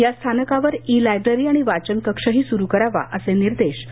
या स्थानकावर e library आणि वाचनकक्षही सुरू करावा असे निर्देश डॉ